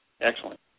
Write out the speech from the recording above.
Excellent